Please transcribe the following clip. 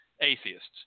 atheists